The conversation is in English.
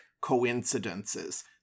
coincidences